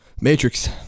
Matrix